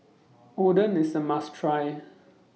Oden IS A must Try